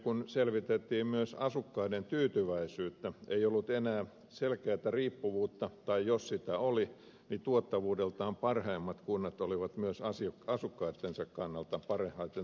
kun selvitettiin myös asukkaiden tyytyväisyyttä ei ollut enää selkeätä riippuvuutta tai jos sitä oli niin tuottavuudeltaan parhaimmat kunnat olivat myös asukkaittensa kannalta parhaiten toimivia